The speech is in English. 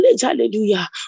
hallelujah